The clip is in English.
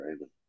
right